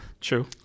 True